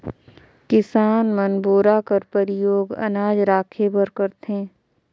किसान मन बोरा कर परियोग अनाज राखे बर करथे